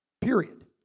Period